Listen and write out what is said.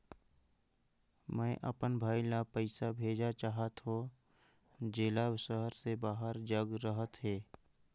मैं अपन भाई ल पइसा भेजा चाहत हों, जेला शहर से बाहर जग रहत हवे